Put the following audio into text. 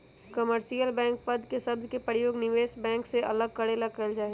commercial bank पद के शब्द के प्रयोग निवेश बैंक से अलग करे ला कइल जा हई